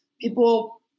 people